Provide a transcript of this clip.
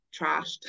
trashed